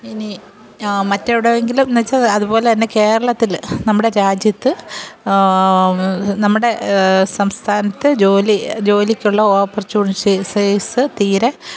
മറ്റെവിടെയെങ്കിലും എന്നുവെച്ചാൽ അതുപോലെത്തന്നെ കേരളത്തിൽ നമ്മുടെ രാജ്യത്ത് നമ്മുടെ സംസ്ഥാനത്ത് ജോലി ജോലിക്കുള്ള ഓപ്പർട്യൂണിറ്റീസ്സ് തീരെ